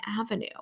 avenue